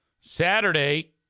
Saturday